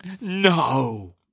No